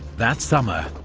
that summer,